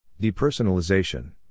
Depersonalization